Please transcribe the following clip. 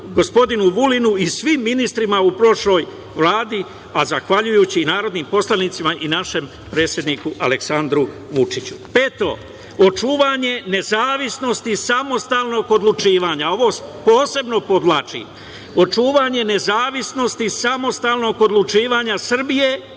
gospodinu Vulinu i svim ministrima u prošloj Vladi, a zahvaljujući i narodnim poslanicima i našem predsedniku Aleksandru Vučiću. Peto, očuvanje nezavisnosti samostalnog odlučivanja. Ovo posebno povlačim, očuvanje nezavisnosti samostalnog odlučivanja Srbije